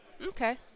okay